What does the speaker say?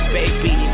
baby